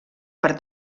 per